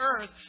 earth